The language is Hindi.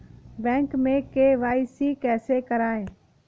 बैंक में के.वाई.सी कैसे करायें?